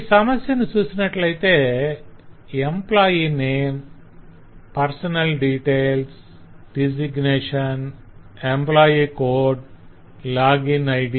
ఈ సమస్య ను చూసినట్లయితే 'employee name' 'personal details' 'designation' 'employee code' 'login ID'